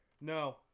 No